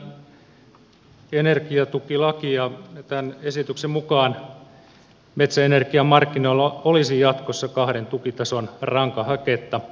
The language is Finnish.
käsitellään energiatukilakia ja tämän esityksen mukaan metsäenergiamarkkinoilla olisi jatkossa kahden tukitason rankahaketta